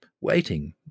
waiting